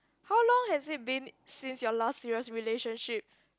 how long has it been since your last year relationship